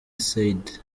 said